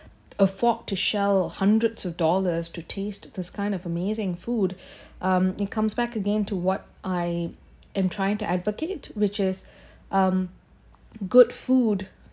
afford to sell hundreds of dollars to taste this kind of amazing food um it comes back again to what I am trying to advocated which is um good food